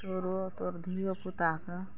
चोरो तोर धियो पुताके